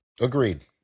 Agreed